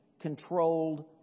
controlled